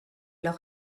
leur